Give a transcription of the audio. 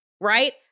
right